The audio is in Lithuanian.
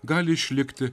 gali išlikti